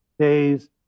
days